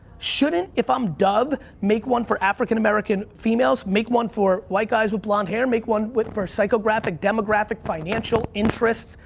shouldn't, if i'm dove, make one for african american females, make one for white guys with blonde hair, make one for psycho-graphic, demographic, financial, interests,